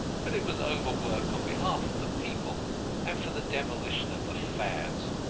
but it was overwork on behalf of the people and for the demolition of the fads.